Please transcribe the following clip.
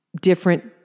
different